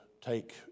take